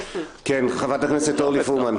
חברת הכנסת אורלי פרומן,